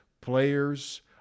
players